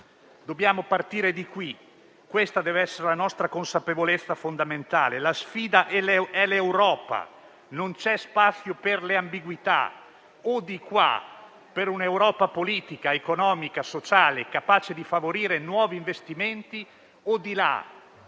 Dobbiamo partire da qui. Questa deve essere la nostra consapevolezza fondamentale: la sfida è l'Europa. Non c'è spazio per le ambiguità: o di qua per un'Europa politica, economica e sociale capace di favorire nuovi investimenti, o di là,